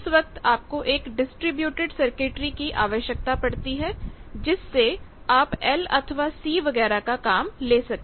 उस वक्त आपको एक डिस्ट्रिब्यूटेड सर्किटरी की आवश्यकता पड़ती है जिससे आप L अथवा C वगैरह का काम ले सके